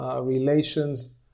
relations